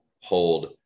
hold